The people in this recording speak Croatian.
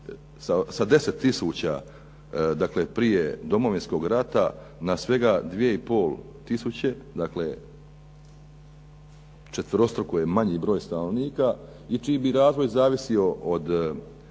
dakle, prije Domovinskog rata na svega 2,5 tisuće, dakle, četverostruko je manji broj stanovnika i čiji bi razvoj zavisio od